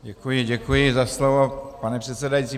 Děkuji, děkuji za slovo, pane předsedající.